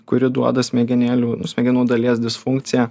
kuri duoda smegenėlių smegenų dalies disfunkciją